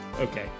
Okay